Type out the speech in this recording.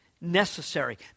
necessary